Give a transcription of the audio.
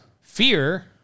fear